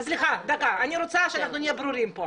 סליחה, דקה, אני רוצה שאנחנו נהיה ברורים פה.